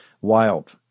wild